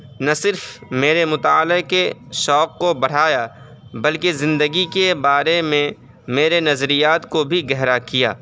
نہ صرف میرے مطالعے کے شوق کو بڑھایا بلکہ زندگی کے بارے میں میرے نظریات کو بھی گہرا کیا